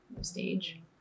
stage